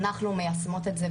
אנחנו מיישמות את זה,